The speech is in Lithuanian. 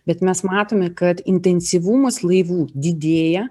bet mes matome kad intensyvumas laivų didėja